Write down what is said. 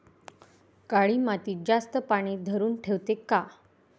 काळी माती जास्त पानी धरुन ठेवते का?